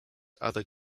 other